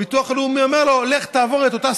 והביטוח הלאומי אומר לו: לך תעבור את אותה